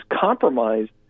compromised